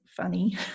funny